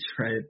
right